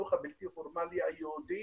החינוך הבלתי פורמלי היהודי